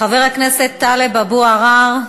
חבר הכנסת טלב אבו עראר,